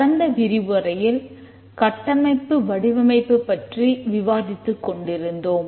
கடந்த விரிவுரையில் கட்டமைப்பு வடிவமைப்பு பற்றி விவாதித்துக் கொண்டிருந்தோம்